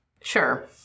Sure